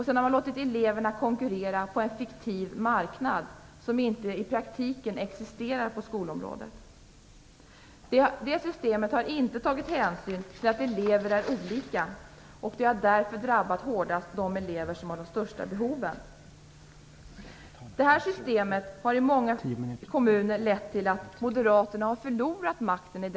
Sedan har man låtit eleverna konkurrera på en fiktiv marknad. Det är alltså en marknad som i praktiken inte existerar på skolområdet. Det systemet har inte tagit hänsyn till att elever är olika. Därför har det drabbat de elever som har de största behoven hårdast. Det här systemet har i många kommuner lett till att Moderaterna har förlorat makten.